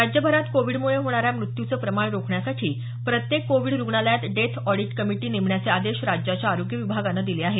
राज्यभरात कोविडमुळे होणाऱ्या मृत्यूचं प्रमाण रोखण्यासाठी प्रत्येक कोविड रुग्णालयात डेथ ऑडिट कमिटी नेमण्याचे आदेश राज्याच्या आरोग्य विभागानं दिले आहेत